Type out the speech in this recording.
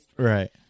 Right